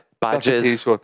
badges